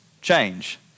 change